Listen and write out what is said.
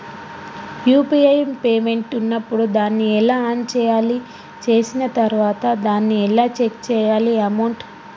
UPI payment ఉన్నప్పుడు దాన్ని ఎలా ఆన్ చేయాలి? చేసిన తర్వాత దాన్ని ఎలా చెక్ చేయాలి అమౌంట్?